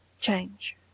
change